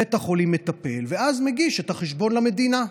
בית החולים מטפל ואז מגיש את החשבון למדינה.